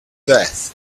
death